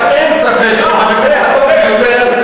אבל אין ספק שבמקרה הטוב ביותר,